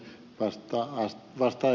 vastaan ed